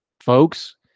Folks